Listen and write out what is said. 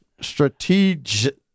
Strategic